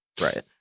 Right